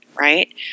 right